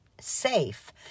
safe